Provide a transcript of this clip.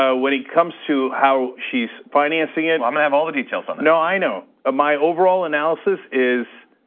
ah when it comes to how she's financing it i'm gonna have all the details on it. no, i know. ah my overall analysis is,